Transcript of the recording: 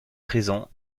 prison